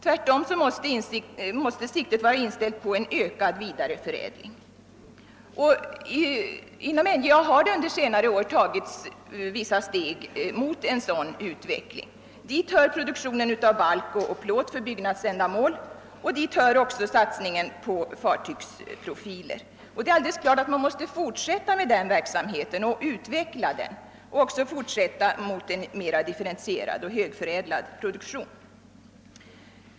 Tvärtom måste siktet vara inställt på en ökad vidareförädling. Inom NJA har under senare år tagits vissa steg mot en sådan riktig utveckling. Dit hör produktionen av balk och plåt för byggnadsändamål och dit hör också satsningen på fartygsprofiler. Det är alldeles klart att man måste fortsätta med den verksamheten och utbygga den liksom även fortsätta utvecklingen mot en mer differentierad och högförädlad produktion.